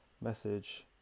message